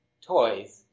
toys